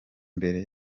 mbere